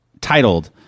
titled